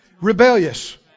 rebellious